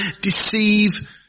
deceive